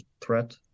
threat